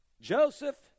Joseph